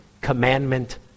commandment